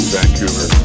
Vancouver